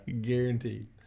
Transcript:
Guaranteed